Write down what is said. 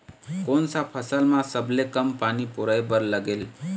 कोन सा फसल मा सबले कम पानी परोए बर लगेल?